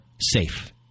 safe